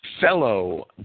fellow